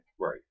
Right